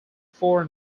four